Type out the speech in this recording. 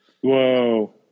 Whoa